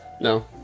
No